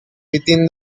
within